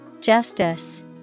Justice